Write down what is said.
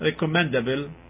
recommendable